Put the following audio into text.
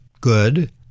good